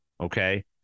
okay